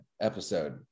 episode